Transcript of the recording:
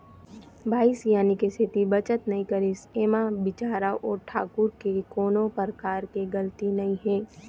बाई सियानी के सेती बचत नइ करिस ऐमा बिचारा ओ ठाकूर के कोनो परकार के गलती नइ हे